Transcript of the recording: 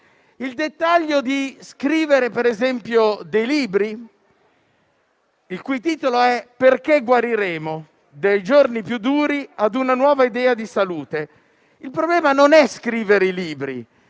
il dettaglio di scrivere dei libri il cui titolo è: «Perché guariremo. Dai giorni più duri a una nuova idea di salute». Il problema non è scrivere i libri;